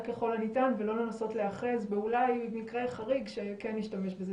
ככל הניתן ולא לנסות להיאחז ב-אולי מקרה חריג שכן נשתמש בזה.